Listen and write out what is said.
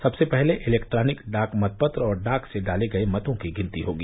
सबसे पहले इलेक्ट्रॉनिक डाक मतपत्र और डाक से डाले गए मतों की गिनती होगी